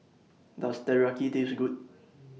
Does Teriyaki Taste Good